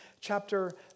chapter